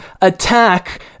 attack